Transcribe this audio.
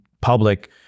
public